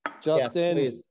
Justin